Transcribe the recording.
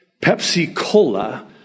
Pepsi-Cola